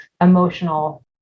emotional